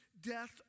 death